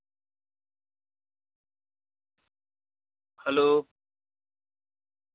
hello